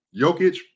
Jokic